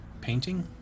painting